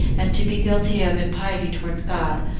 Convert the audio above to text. and to be guilty of impiety towards god,